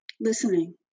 listening